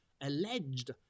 alleged